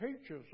teaches